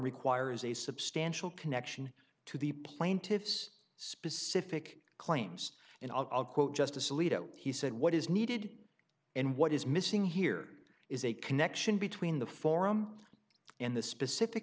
requires a substantial connection to the plaintiff's specific claims and i'll quote justice alito he said what is needed and what is missing here is a connection between the forum and the specific